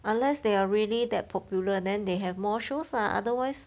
unless they are really that popular then they have more shows ah otherwise